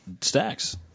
stacks